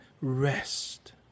rest